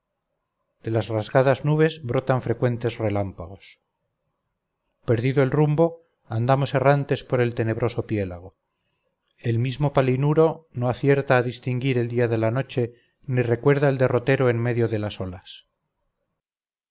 de las rasgadas nubes brotan frecuentes relámpagos perdido el rumbo andamos errantes por el tenebroso piélago el mismo palinuro no acierta a distinguir el día de la noche ni recuerda el derrotero en medio de las olas